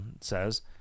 says